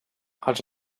els